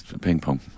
Ping-pong